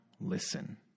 listen